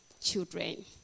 children